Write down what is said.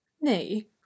Nay